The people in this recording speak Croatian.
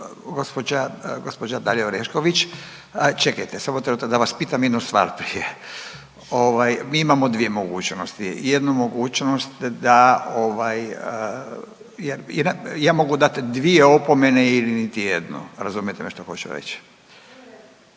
Gđa, gđa Dalija Orešković. Čekajte, samo trenutak, da vas pitam jednu stvar prije. Ovaj, mi imamo dvije mogućnosti, jednu mogućnost da ovaj, ja, ja mogu dati dvije opomene ili niti jednu, razumijete me što hoću reći?